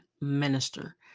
minister